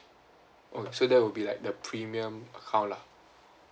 oh so that will be like the premium account lah